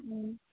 ꯎꯝ